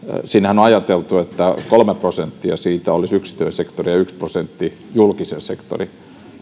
on ajateltu että kolme prosenttia siitä olisi yksityiseen sektoriin ja yksi prosentti julkiseen